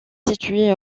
située